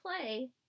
play